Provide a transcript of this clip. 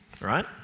right